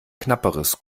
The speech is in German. knapperes